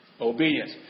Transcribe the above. Obedience